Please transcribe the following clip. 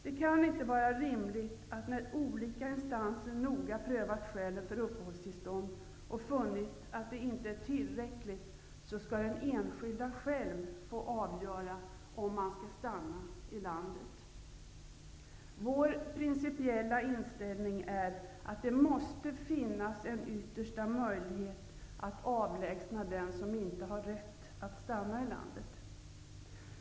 Det kan inte vara rimligt att, när olika instanser noga prövat skälen för uppehållstillstånd och funnit att de inte är tillräckliga, den enskilde själv skall få avgöra om man skall stanna i landet. Vår principiella inställning är att det måste finnas en yttersta möjlighet att avlägsna den som inte har rätt att stanna i landet.